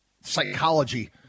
psychology